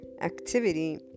activity